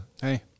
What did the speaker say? Hey